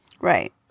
Right